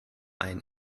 ein